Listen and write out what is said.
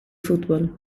football